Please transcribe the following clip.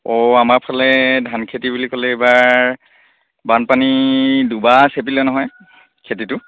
অঁ আমাৰ ফালে ধান খেতি বুলি ক'লে এইবাৰ বানপানী দুবা চেপিলে নহয় খেতিটো